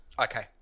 Okay